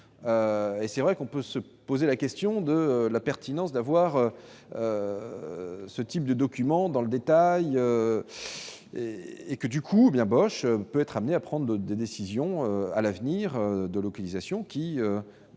et c'est vrai qu'on peut se poser la question de la pertinence d'avoir ce type de document dans le détail et et que du coup bien moche peut être amené à prendre de décision à l'avenir de localisation qui